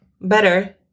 better